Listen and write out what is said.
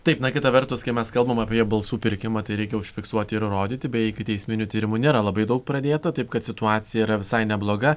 taip na kita vertus kai mes kalbam apie balsų pirkimą tai reikia užfiksuoti ir rodyti be ikiteisminių tyrimų nėra labai daug pradėto taip kad situacija yra visai nebloga